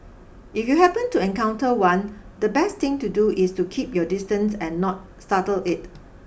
if you happen to encounter one the best thing to do is to keep your distance and not startle it